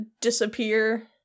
disappear